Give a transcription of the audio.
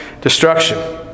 destruction